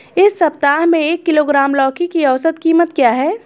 इस सप्ताह में एक किलोग्राम लौकी की औसत कीमत क्या है?